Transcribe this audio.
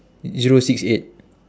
zero six eight